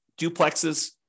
duplexes